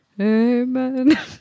amen